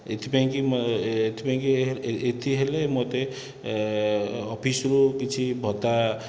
ଏଇଥିପାଇଁକି ମୋ ଏଇଥିପାଇଁକି ଏଥି ହେଲେ ମୋତେ ଅଫିସରୁ କିଛି ଭତ୍ତା